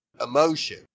emotion